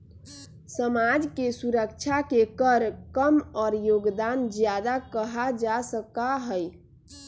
समाज के सुरक्षा के कर कम और योगदान ज्यादा कहा जा सका हई